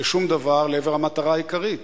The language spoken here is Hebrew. בשום דבר לעבר המטרה העיקרית,